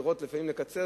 לראות לפעמים לקצר,